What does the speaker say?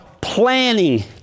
planning